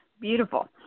Beautiful